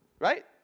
Right